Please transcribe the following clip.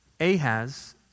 Ahaz